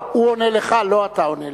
חבר הכנסת זחאלקה, הוא עונה לך, לא אתה עונה לו.